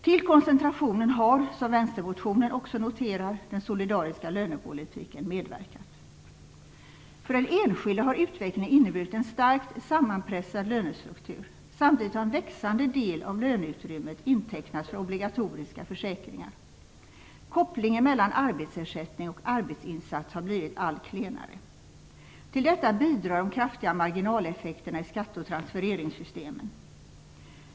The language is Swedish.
Till koncentrationen har, som vänstermotionen också noterar, den solidariska lönepolitiken medverkat. För den enskilde har utvecklingen inneburit en starkt sammanpressad lönestruktur. Samtidigt har en växande del av löneutrymmet intecknats för obligatoriska försäkringar. Kopplingen mellan arbetsersättning och arbetsinsats har blivit allt klenare. Till detta bidrar de kraftiga marginaleffekterna i skatte och transfereringssystemen.